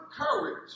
courage